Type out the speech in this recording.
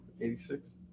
86